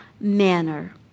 manner